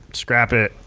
scrap it.